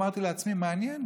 אמרתי לעצמי: מעניין,